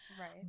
Right